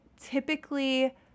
typically